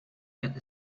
get